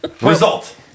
Result